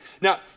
Now